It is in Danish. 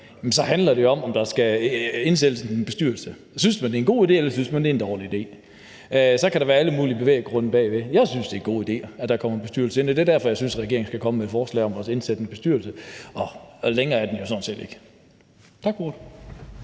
jo handler om, om der skal indsættes en bestyrelse, altså om man synes, det er en god idé, eller om man synes, det er en dårlig idé, og så kan der være alle mulige bevæggrunde bag. Jeg synes, det er en god idé, at der kommer en bestyrelse ind, og det er derfor, jeg synes, regeringen skal komme med et forslag om at indsætte en bestyrelse, og længere er den jo sådan set ikke. Tak for